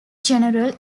general